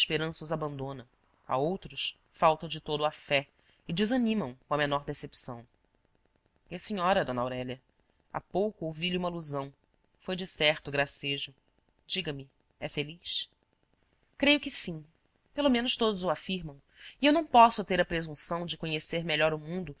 os abandona a outros falta de todo a fé e desanimam com a menor decepção e a senhora d aurélia há pouco ouvi-lhe uma alusão foi de certo gracejo diga-me é feliz creio que sim pelo menos todos o afirmam e eu não posso ter a presunção de conhecer melhor o mundo